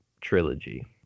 trilogy